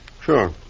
Sure